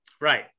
Right